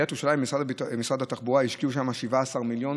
עיריית ירושלים ומשרד התחבורה השקיעו שם 17 מיליון